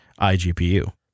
iGPU